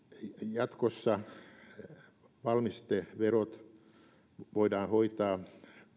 jatkossa valmisteverot voidaan hoitaa